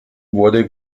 wurde